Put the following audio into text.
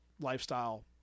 lifestyle